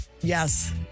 Yes